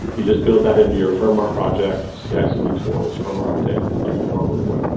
you just build that into your firmware project, cicd tools, firmware update like you normally would.